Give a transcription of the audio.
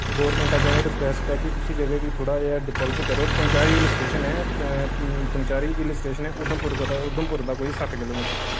government अग्गें request ऐ के उस जगह गी थोह्ड़ा जेआ डिबैल्प करो पंचैरी हिल स्टेशन ऐ पंचैरी हिल स्टेशन ऐ उधमपुरै दा कोई सट्ठ किलोमीटर दूर